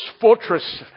fortress